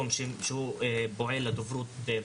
יבוא עומר בר-לב וסיגלוביץ עם כוונות טובות,